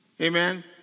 Amen